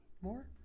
More